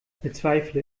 bezweifle